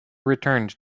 returned